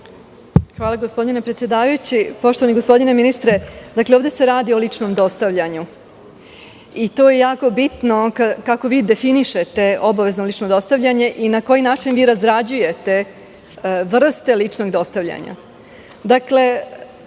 Hvala, gospodine predsedavajući. Poštovani gospodine ministre, ovde se radi o ličnom dostavljanju. To je jako bitno kako vi definišete obavezno lično dostavljanje i na koji način vi razrađujete vrste ličnog dostavljanja.U